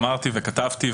אמרתי וכתבתי,